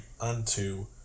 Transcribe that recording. unto